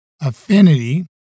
Affinity